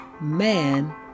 man